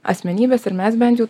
asmenybes ir mes bent jau